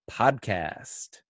podcast